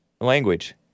language